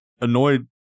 annoyed